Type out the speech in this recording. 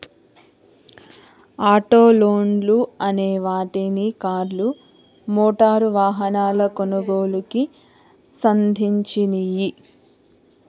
auto లోన్లు అనే వాటిని కార్లు, మోటారు వాహనాల కొనుగోలుకి సంధించినియ్యి